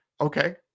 Okay